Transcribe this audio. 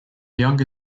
younger